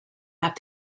have